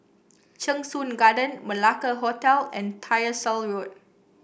Cheng Soon Garden Malacca Hotel and Tyersall Road